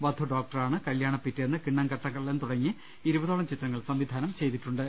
വധു ഡോക്ടറാണ് കല്യാണപിറ്റേന്ന് കിണ്ണം കട്ട കള്ളൻ തുടങ്ങി ഇരുപതോളം ചിത്രങ്ങൾ സംവിധാനം ചെയ്തിട്ടുണ്ട്